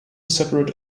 separate